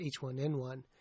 H1N1